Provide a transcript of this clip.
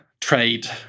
trade